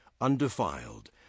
undefiled